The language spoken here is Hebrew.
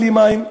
בלי מים,